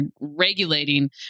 regulating